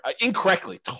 incorrectly